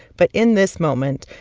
but in this moment,